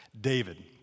David